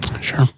Sure